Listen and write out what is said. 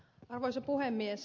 arvoisa puhemies